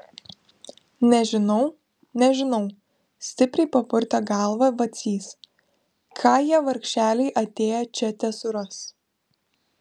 nežinau nežinau stipriai papurtė galvą vacys ką jie vargšeliai atėję čia tesuras